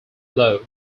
low